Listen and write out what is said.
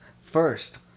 first